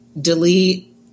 delete